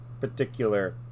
particular